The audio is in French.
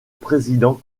président